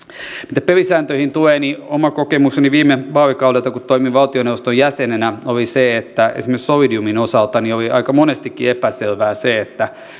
mitä pelisääntöihin tulee niin oma kokemukseni viime vaalikaudelta kun toimin valtioneuvoston jäsenenä oli se että esimerkiksi solidiumin osalta oli aika monestikin epäselvää se